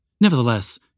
Nevertheless